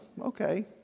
okay